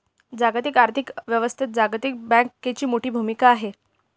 जागतिक आर्थिक व्यवस्थेत जागतिक बँकेची मोठी भूमिका आहे